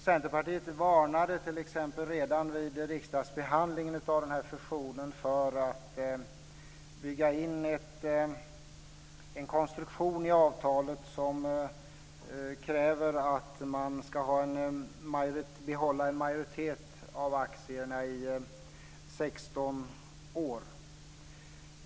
Centerpartiet varnade t.ex. redan vid riksdagsbehandlingen av den här fusionen för att bygga in en konstruktion i avtalet som kräver att man ska behålla en majoritet av aktierna i 16 år.